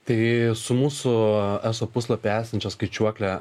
tai su mūsų eso puslapyje esančia skaičiuokle